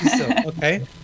Okay